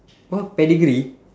what pedigree